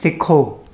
सिखो